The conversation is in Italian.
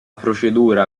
procedura